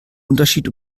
unterschied